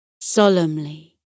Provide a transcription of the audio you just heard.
solemnly